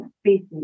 species